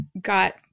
got